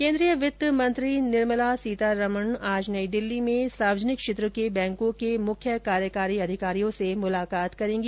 केन्द्रीय वित्तमंत्री निर्मला सीतारमन आज नई दिल्ली में सार्वजनिक क्षेत्र के बैंकों के मुख्य कार्यकारी अधिकारियों से मुलाकात करेंगी